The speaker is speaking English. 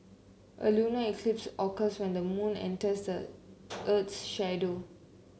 a lunar eclipse occurs when the moon enters the earth's shadow